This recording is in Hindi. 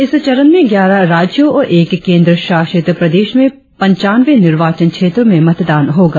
इस चरण में ग्यारह राज्यों और एक केंद्र शासित प्रदेश में पंचानवें निर्वाचन क्षेत्रों में मदतान होगा